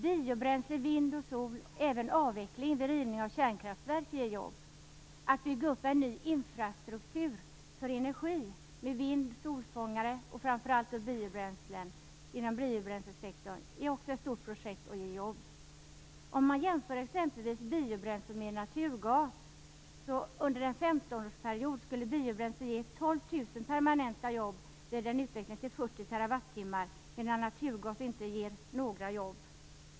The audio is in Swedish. Biobränsle, vind och sol och även avveckling vid rivning av kärnkraftverk ger jobb. Att bygga upp en ny infrastruktur för energi med vind, solfångare och framför allt biobränslen inom biobränslesektorn är också ett stort projekt och ger jobb. Om man jämför exempelvis biobränsle med naturgas finner man att under en 15-årsperiod skulle biobränsle ge 12 000 permanenta jobb vid en utveckling till 40 TWh, medan naturgas inte ger några jobb.